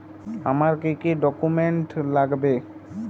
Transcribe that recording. আমার কি কি ডকুমেন্ট লাগবে?